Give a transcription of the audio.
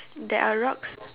there are rocks